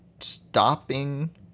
stopping